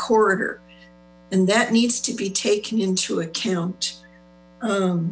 corridor and that needs to be taken into account